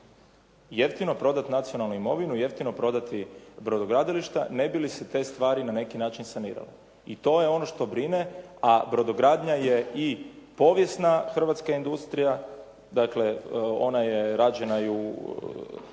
Jeftino prodati nacionalnu imovinu, jeftino prodati brodogradilišta ne bi li se te stvari na neki način sanirale i to je ono što brine, a brodogradnja je i povijesna hrvatska industrija, dakle ona je rađena i kroz